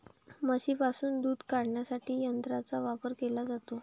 म्हशींपासून दूध काढण्यासाठी यंत्रांचा वापर केला जातो